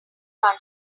run